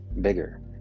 bigger